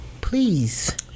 please